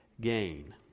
gain